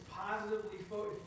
positively